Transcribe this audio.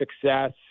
success